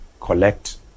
collect